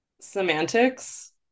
semantics